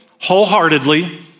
wholeheartedly